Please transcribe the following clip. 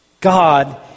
God